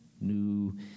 new